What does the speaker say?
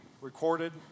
recorded